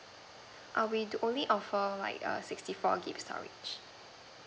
err we do only offer like a sixty four gig storage